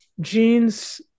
Gene's